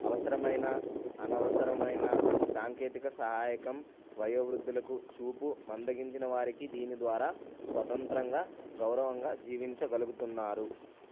అవసరమైన అనవసరమైన సాంకేతిక సహాయకం వయోవృద్ధులకు చూపు మందగించిన వారికి దీని ద్వారా స్వతంత్రంగా గౌరవంగా జీవించగలుగుతున్నారు